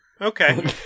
okay